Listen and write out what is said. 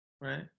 right